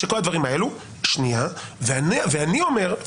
ואני אומר,